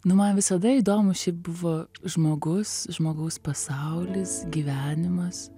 nu man visada įdomu šiaip buvo žmogus žmogaus pasaulis gyvenimas